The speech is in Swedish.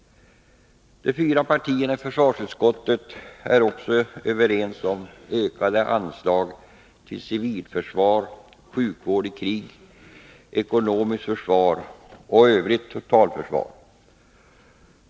De fyra partierna i försvarsutskottet är vidare överens om ökade anslag till civilförsvar, sjukvård i krig, ekonomiskt försvar och övrigt totalförsvar.